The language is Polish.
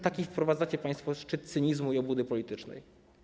Taki wprowadzacie państwo szczyt cynizmu i obłudy politycznej.